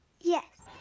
yes.